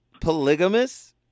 polygamous